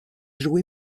joué